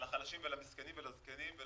אנחנו רוצים לעזור לחלשים, למסכנים ולזקנים.